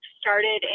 started